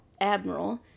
Admiral